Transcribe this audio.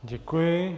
Děkuji.